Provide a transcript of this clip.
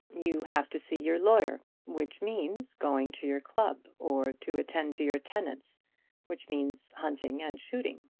you have to see your lawyer which means going to your club or to attend to your tenants which means hunting and shooting.